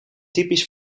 typisch